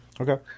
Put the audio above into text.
Okay